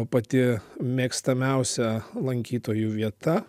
pati mėgstamiausia lankytojų vieta